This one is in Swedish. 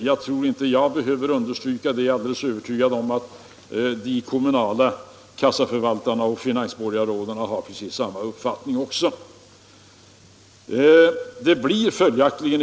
Jag tror inte att jag behöver understryka det — jag är alldeles övertygad om att kommunala kassaförvaltare och finansborgarråd har precis samma uppfattning.